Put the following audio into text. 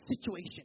situation